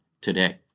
today